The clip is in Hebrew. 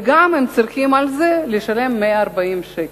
והם גם צריכים לשלם על זה 140 שקל.